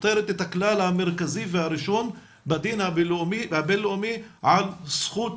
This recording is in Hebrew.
המרכזי והראשון בדין הבין-לאומי על זכות